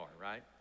right